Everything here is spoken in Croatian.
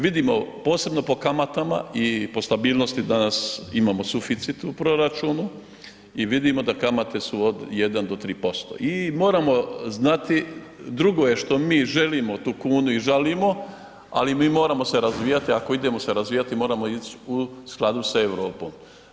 Vidimo posebno po kamatama i po stabilnosti danas imamo suficit u proračunu i vidimo da kamate su od 1 do 3% i moramo znati drugo je što mi želimo tu kunu i žalimo, ali mi moramo se razvijati, a ako idemo se razvijati moramo u skladu sa Europom.